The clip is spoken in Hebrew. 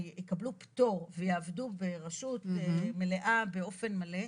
שיקבלו פטור ויעבדו ברשות מלאה באופן מלא.